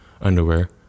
underwear